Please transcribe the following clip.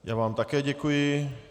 Já vám také děkuji.